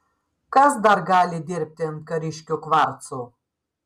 kas dar gali dirbti ant kariškių kvarcų